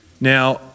now